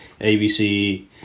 ABC